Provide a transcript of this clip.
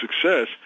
success